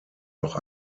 noch